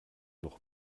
noch